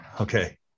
Okay